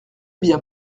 bien